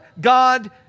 God